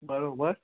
बराबरि